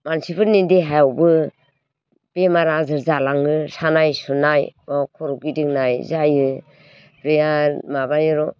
मानसिफोरनि देहायावबो बेमार आजार जालाङो सानाय सुनाय खर' गिदिंनाय जायो बेराद माबायो